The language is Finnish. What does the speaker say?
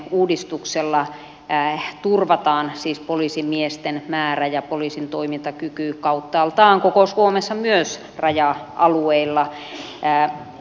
tällä hallintorakenneuudistuksella turvataan siis poliisimiesten määrä ja poliisin toimintakyky kauttaaltaan koko suomessa myös raja alueilla